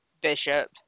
Bishop